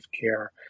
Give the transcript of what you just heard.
care